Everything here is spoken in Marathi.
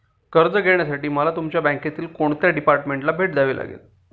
कर्ज घेण्यासाठी मला तुमच्या बँकेतील कोणत्या डिपार्टमेंटला भेट द्यावी लागेल?